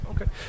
Okay